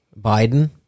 Biden